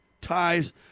ties